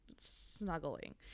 Snuggling